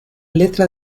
letra